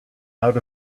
out